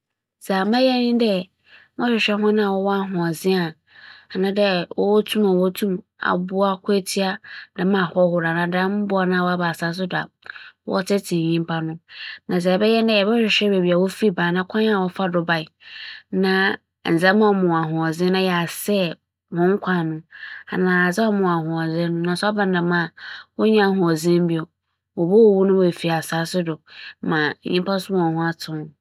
Sɛ nkorͻfo bi a wommfi asaase yi do, bɛhyɛ wiadze afaana nyinaa do ma, na sɛ otwar dɛ medze mo tum a ͻso medze gye adasa nyinara fi dɛm nkorͻfo a wommfi asaase yi do nsa mu a, ma mebɛyɛ nye dɛ, m'adar a honhom wͻ mu na okitsa tum no, me dze besi famu ma asaase apae ma hͻn nyinara akɛhyɛ famu na aka nyimpa no nkotsee wͻ do.